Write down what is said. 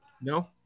No